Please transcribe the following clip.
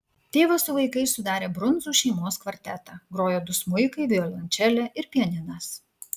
tėvas su vaikais sudarė brundzų šeimos kvartetą grojo du smuikai violončelė ir pianinas